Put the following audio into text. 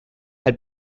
had